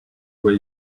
way